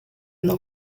não